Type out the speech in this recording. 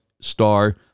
star